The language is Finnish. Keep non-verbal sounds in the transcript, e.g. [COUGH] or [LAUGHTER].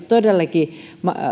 [UNINTELLIGIBLE] todellakin